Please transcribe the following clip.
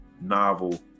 novel